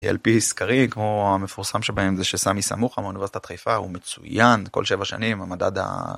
על פי סקרים כמו המפורסם שבהם זה שסמי סמוכה מאוניברסיטת חיפה הוא מצויין כל 7 שנים המדד